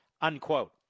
Unquote